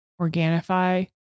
Organifi